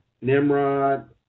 Nimrod